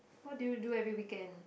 what do you do every weekend